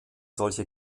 solche